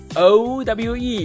owe